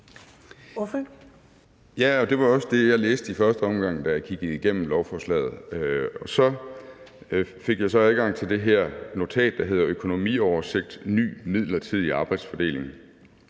det var også det, jeg læste i første omgang, da jeg kiggede lovforslaget igennem. Så fik jeg adgang til det her notat, der hedder Økonomioversigt over ny midlertidig arbejdsfordeling